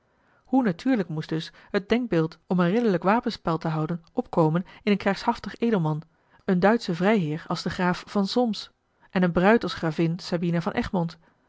natuurlijk moest dus het denkbeeld om een ridderlijk wapenspel te houden opkomen in een krijgshaftig edelman een duitschen vrijheer als de graaf van solms en eene bruid als gravin sabina van egmond